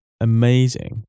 amazing